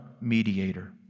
mediator